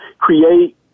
create